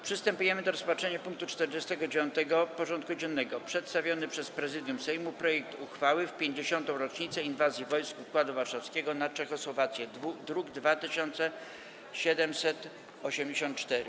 Przystępujemy do rozpatrzenia punktu 49. porządku dziennego: Przedstawiony przez Prezydium Sejmu projekt uchwały w 50. rocznicę Inwazji wojsk Układu Warszawskiego na Czechosłowację (druk nr 2784)